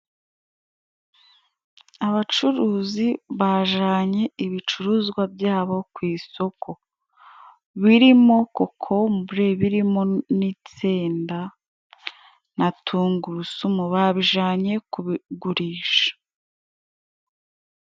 Abacuruzi bajanye ibicuruzwa byabo ku isoko, birimo kokombure, birimo n'insenda na tungurusumu, babijanye kubigurisha.